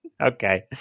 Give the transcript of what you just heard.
okay